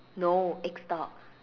no egg stop